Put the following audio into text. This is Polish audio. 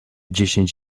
dziesięć